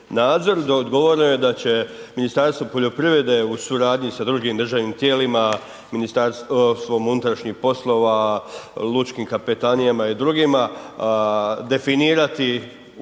nadzor no odgovoreno je da će Ministarstvo poljoprivrede u suradnji sa drugim državnim tijelima, Ministarstvom unutrašnjih poslova, lučkim kapetanijama i drugima definirati uputama